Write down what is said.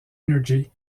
energy